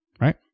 right